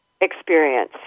experience